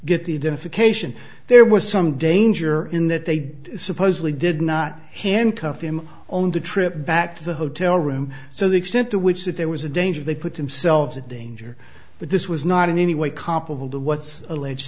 difficult there was some danger in that they supposedly did not handcuff him on the trip back to the hotel room so the extent to which that there was a danger they put themselves at danger but this was not in any way comparable to what's allege